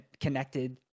connected